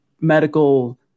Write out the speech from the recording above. medical